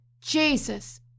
Jesus